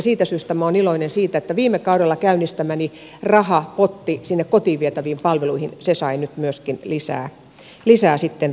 siitä syystä minä olen iloinen siitä että viime kaudella käynnistämäni rahapotti sinne kotiin vietäviin palveluihin sai nyt myöskin lisää resursseja